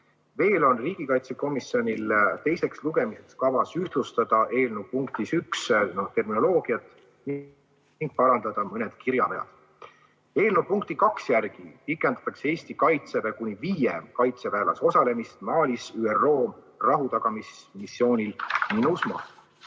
Veel on riigikaitsekomisjonil teiseks lugemiseks kavas ühtlustada eelnõu punktis 1 terminoloogiat ning parandada mõned kirjavead. Eelnõu punkti 2 järgi pikendatakse Eesti Kaitseväe kuni viie kaitseväelase osalemist Malis ÜRO rahutagamismissioonil MINUSMA.